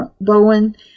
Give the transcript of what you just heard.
Bowen